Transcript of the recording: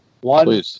One